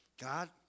God